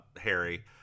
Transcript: Harry